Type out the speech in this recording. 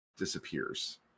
disappears